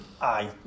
Aye